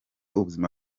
ubuzima